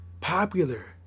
popular